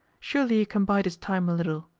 surely he can bide his time a little?